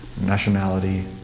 nationality